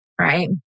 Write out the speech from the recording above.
right